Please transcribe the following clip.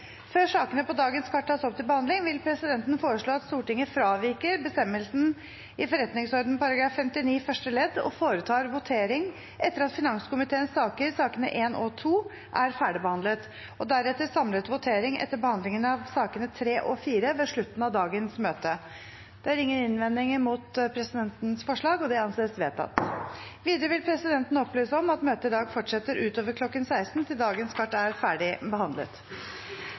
Før sakene på dagens kart tas opp til behandling, vil presidenten foreslå at Stortinget fraviker bestemmelsen i forretningsordenens § 59 første ledd og foretar votering etter at finanskomiteens saker, sakene nr. 1 og 2, er ferdigbehandlet, og deretter foretar en samlet votering etter behandlingen av sakene nr. 3 og 4 ved slutten av dagens møte. – Det anses vedtatt. Videre vil presidenten opplyse om at møtet i dag fortsetter utover kl. 16 til dagens kart er